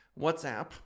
WhatsApp